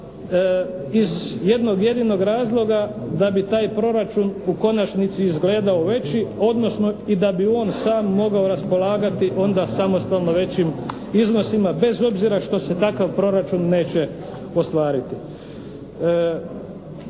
iz jednog jedinog razloga da bi taj proračun u konačnici izgledao veći, odnosno i da bi on sam mogao raspolagati onda samostalno većim iznosima bez obzira što se takav proračun neće ostvariti.